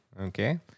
Okay